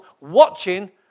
watching